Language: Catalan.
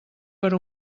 per